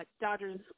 Dodgers